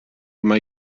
mai